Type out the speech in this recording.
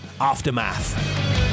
Aftermath